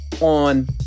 on